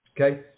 okay